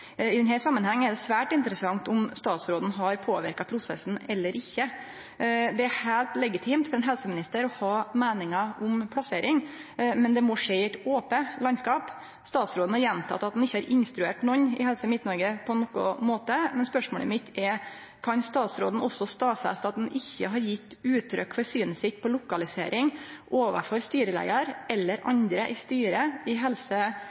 I denne samanhengen er det svært interessant om statsråden har påverka prosessen eller ikkje. Det er heilt legitimt for ein helseminister å ha meiningar om plassering, men det må skje i eit ope landskap. Statsråden har teke opp att at han ikkje har instruert nokon i Helse Midt-Norge på nokon måte, men spørsmålet mitt er: Kan statsråden også stadfeste at han ikkje har gjeve uttrykk for synet sitt på lokalisering overfor styreleiaren eller andre i styret i Helse